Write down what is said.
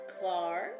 Clark